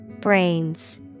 Brains